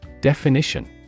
Definition